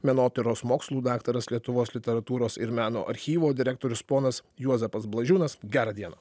menotyros mokslų daktaras lietuvos literatūros ir meno archyvo direktorius ponas juozapas blažiūnas gerą dieną